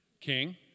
King